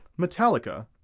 Metallica